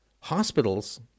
hospitals